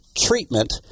treatment